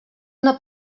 una